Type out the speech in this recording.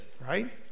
right